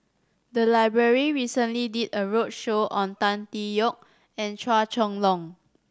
the library recently did a roadshow on Tan Tee Yoke and Chua Chong Long